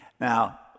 Now